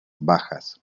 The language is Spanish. bajas